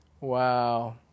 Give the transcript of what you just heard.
Wow